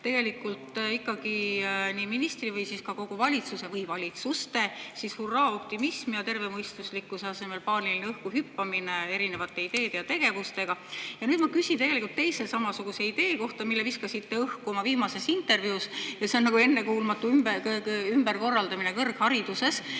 tegelikult ikkagi ministri või siis ka kogu valitsuse või valitsuste hurraaoptimism ja tervemõistuslikkuse asemel paaniline õhku hüppamine erinevate ideede ja tegevustega. Ja nüüd ma küsin tegelikult teise samasuguse idee kohta, mille viskasite õhku oma viimases intervjuus, ja see on nagu ennekuulmatu ümberkorraldamine kõrghariduses.